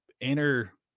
inner